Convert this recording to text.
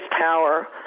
power